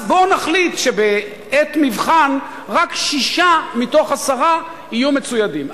אז בואו נחליט שבעת מבחן רק שישה מתוך עשרה יהיו מצוידים.